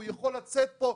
הוא יכול לצאת פה,